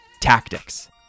tactics